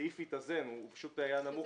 הסעיף התאזן, הוא פשוט היה נמוך יותר.